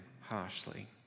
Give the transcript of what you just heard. harshly